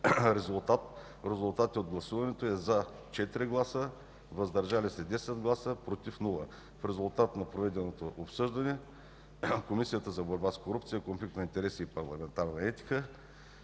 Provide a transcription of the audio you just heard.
Резултати от гласуването: „за” – 4 гласа; „въздържали се” – 10 гласа; „против” - няма. В резултат на проведеното обсъждане, Комисията за борба с корупцията, конфликт на интереси и парламентарна етика